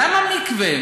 למה מקווה?